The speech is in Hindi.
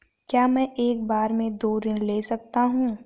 क्या मैं एक बार में दो ऋण ले सकता हूँ?